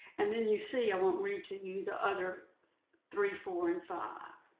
and then you see, i won't read to you, the other three, four, and five.